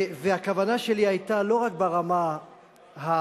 הכוונה שלי היתה לא רק ברמה הדיבורית,